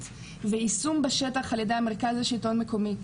ויישום בשטח על ידי המרכז לשלטון המקומי.